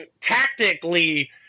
tactically